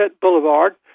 Boulevard